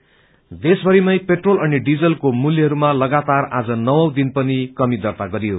oil price देशभरिनै पेट्रोल अनि डिजलको मूल्यहरूमा लगातार आज नवौं दिन पनि कमी दर्ता गरियो